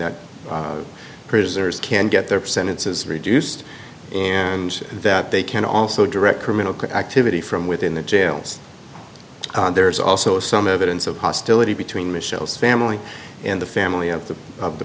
that preserves can get their sentences reduced and that they can also direct criminal activity from within the jails there's also some evidence of hostility between michelle's family and the family of the of the